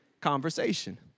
conversation